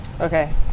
Okay